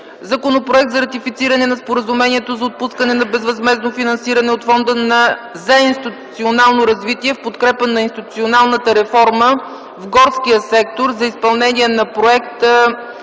Законопроект за ратифициране на Споразумението за отпускане на безвъзмездно финансиране от Фонда за институционално развитие в подкрепа на институционалната реформа в горския сектор за изпълнение на проект